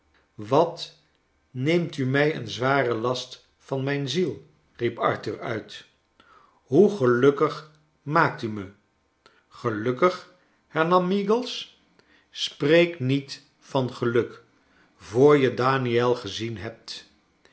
wat neemt u mij een zwaren last van mijn ziel riep arthur uit hoe gelukkig maakt u me gelukkig hernam meagles kleine doeeit spreek niet van geluk voor je daniel gezien hebt